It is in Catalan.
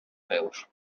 peus